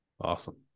Awesome